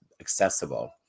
accessible